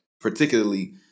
particularly